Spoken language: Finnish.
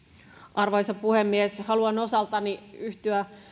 arvoisa puhemies haluan osaltani yhtyä